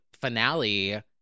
finale